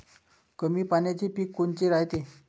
कमी पाण्याचे पीक कोनचे रायते?